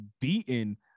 beaten